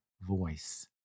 voice